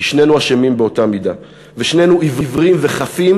כי שנינו אשמים באותה מידה ושנינו עיוורים וחפים